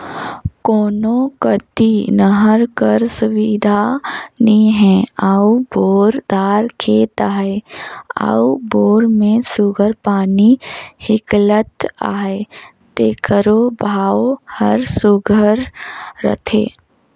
कोनो कती नहर कर सुबिधा नी हे अउ बोर दार खेत अहे अउ बोर में सुग्घर पानी हिंकलत अहे तेकरो भाव हर सुघर रहथे